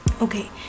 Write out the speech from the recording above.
Okay